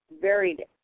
varied